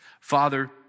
father